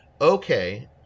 okay